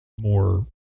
more